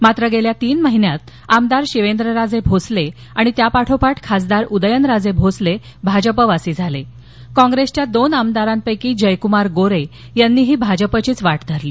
मात्र गेल्या तीन महिन्यात आमदार शिवेंद्रराजे भोसले आणि त्यापाठोपाठ खासदार उदयनराजे भोसले भाजपवासी झाले काँग्रेसच्या दोन आमदारांपैकी जयक्मार गोरे यांनीही भाजपचीच वाट धरली